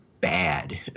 bad